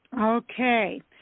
Okay